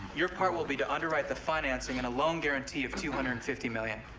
your part will be to underwrite the financing and a loan guarantee of two hundred and fifty million.